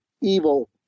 evil